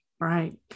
Right